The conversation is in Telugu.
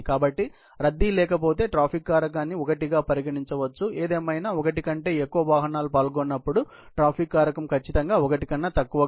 కాబట్టి రద్దీ లేకపోతే ట్రాఫిక్ కారకాన్ని 1 గా పరిగణించవచ్చు ఏదేమైనా ఒకటి కంటే ఎక్కువ వాహనాలు పాల్గొన్నప్పుడు ట్రాఫిక్ కారకం ఖచ్చితంగా 1 కన్నా తక్కువగా ఉంటుంది